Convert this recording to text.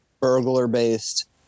burglar-based